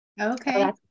Okay